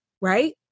right